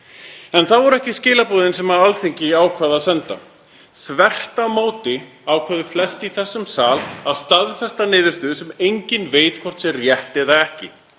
En það voru ekki skilaboðin sem Alþingi ákvað að senda. Þvert á móti ákváðu flest í þessum sal að staðfesta niðurstöðu sem enginn veit hvort er rétt eða ekki.